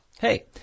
Hey